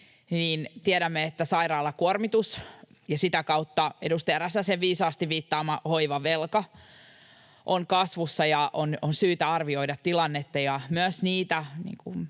tiedämme, että sairaalakuormitus ja sitä kautta edustaja Räsäsen viisaasti viittaama hoivavelka ovat kasvussa ja on syytä arvioida tilannetta